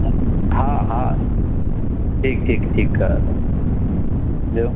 हा हा ठीकु ठीकु ठीकु आहे दादा ॿियो